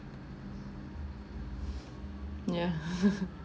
yeah